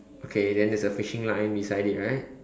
okay then there's a fishing line beside it right